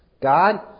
God